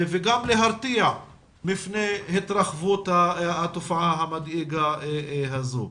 וגם להרתיע מפני התרחבות התופעה המדאיגה הזו.